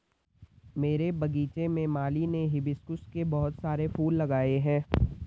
मेरे बगीचे में माली ने हिबिस्कुस के बहुत सारे फूल लगाए हैं